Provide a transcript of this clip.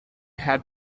had